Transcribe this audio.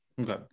okay